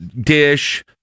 Dish